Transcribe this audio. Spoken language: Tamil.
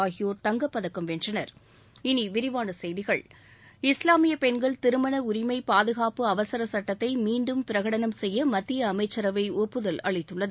ஆகியோர் தங்கப் பதக்கம் வென்றனர் இனி விரிவான செய்திகள் இஸ்லாமிய பெண்கள் திருமண உரிமை பாதுகாப்பு அவசர சுட்டத்தை மீண்டும் பிரகடனம் செய்ய மத்திய அமைச்சரவை ஒப்புதல் அளித்துள்ளது